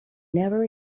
never